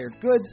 goods